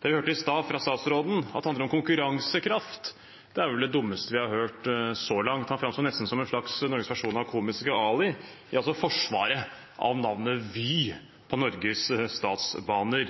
handler om konkurransekraft, er vel det dummeste vi har hørt så langt. Han framsto nesten som en slags norsk versjon av komiske Ali i forsvaret av navnet Vy på Norges Statsbaner.